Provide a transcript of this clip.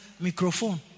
Microphone